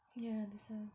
yeah that's right